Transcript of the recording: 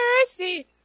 mercy